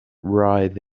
right